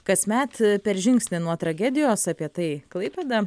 kasmet per žingsnį nuo tragedijos apie tai klaipėda